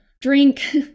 drink